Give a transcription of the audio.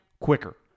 quicker